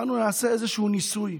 אמרנו שנעשה איזשהו ניסוי,